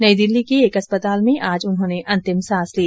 नई दिल्ली के एक अस्पताल में आज उन्होंने अंतिम सांस ली